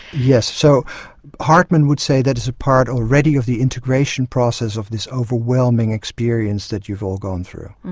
yes, so hartman would say that is a part already of the integration processes of this overwhelming experience that you've all gone through.